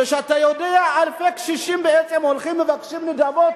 כשאתה יודע שאלפי קשישים הולכים ומבקשים נדבות,